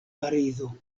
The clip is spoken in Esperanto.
parizo